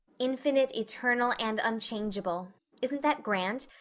infinite, eternal and unchangeable isn't that grand?